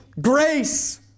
grace